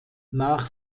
nach